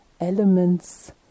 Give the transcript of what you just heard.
elements